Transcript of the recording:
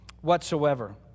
whatsoever